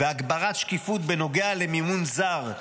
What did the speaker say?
הגברת שקיפות בנוגע למימון זר,